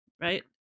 right